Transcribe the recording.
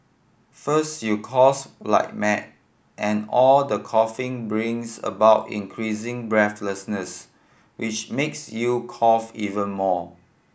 first you course like mad and all the coughing brings about increasing breathlessness which makes you cough even more